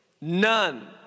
None